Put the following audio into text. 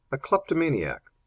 a kleptomaniac.